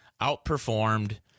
outperformed